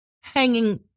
hanging